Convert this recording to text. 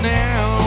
now